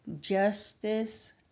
Justice